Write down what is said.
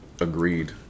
agreed